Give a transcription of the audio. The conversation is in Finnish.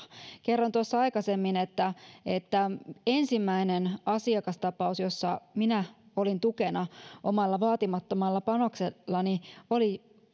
kerroin tuossa aikaisemmin että että ensimmäinen asiakastapaus jossa minä olin tukena omalla vaatimattomalla panoksellani oli